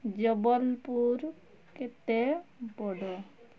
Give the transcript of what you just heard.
ଜବଲପୁର କେତେ ବଡ଼